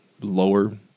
lower